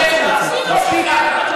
מה מספיק?